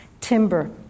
timber